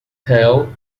tail